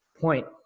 point